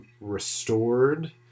restored